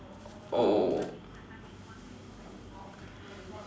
oh